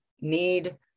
need